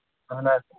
اَہن حظ